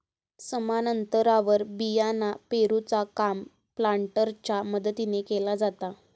समान अंतरावर बियाणा पेरूचा काम प्लांटरच्या मदतीने केला जाता